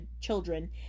children